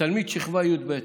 שתלמיד בשכבה י"ב שהוריו,